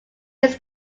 his